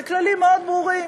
זה כללים מאוד ברורים: